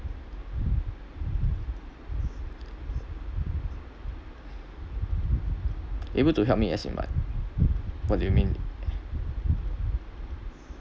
able to help me as in my what do you mean